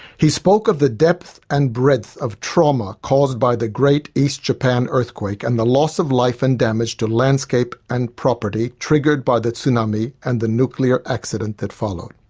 he spoke of the depth and breadth of trauma caused by the great east japan earthquake and the loss of life and damage to landscape and property triggered by the tsunami and the nuclear accident that followed.